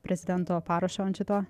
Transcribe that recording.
prezidento parašo ant šito